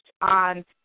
on